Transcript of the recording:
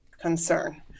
concern